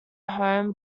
home